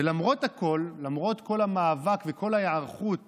ולמרות הכול, למרות כל המאבק וכל ההיערכות